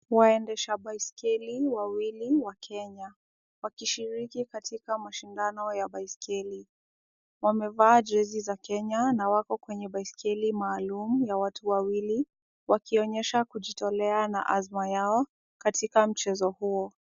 Waendesha baiskeli wawili wa Kenya wakishiriki katika mashindano ya baiskeli. Wamevaa jezi za Kenya na wako kwenye baiskeli maalum ya watu wawili, wakionyesha kujitolea na azma yao katika mchezo huo.